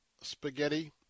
Spaghetti